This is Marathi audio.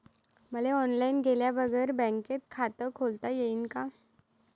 मले ऑनलाईन गेल्या बगर बँकेत खात खोलता येईन का?